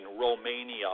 romania